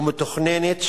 ומתוכננת,